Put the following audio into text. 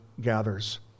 gathers